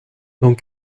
dans